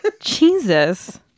Jesus